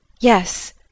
Yes